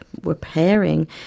repairing